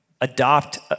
adopt